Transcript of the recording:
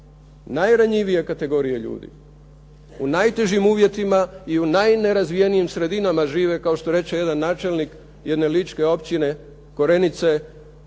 najranjivije kategorije ljudi, u najtežim uvjetima i u najnerazvijenijim sredinama žive, kao što reče jedan načelnik, jedne Ličke općine Korenice,